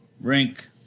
rink